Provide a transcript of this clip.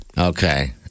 Okay